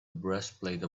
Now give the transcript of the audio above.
breastplate